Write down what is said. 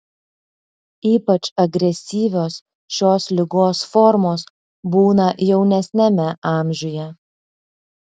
ypač agresyvios šios ligos formos būna jaunesniame amžiuje